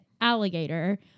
alligator